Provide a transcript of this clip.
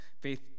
faith